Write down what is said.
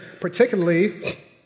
Particularly